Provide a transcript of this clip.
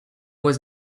was